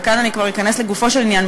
וכאן כבר אכנס לגופו של עניין,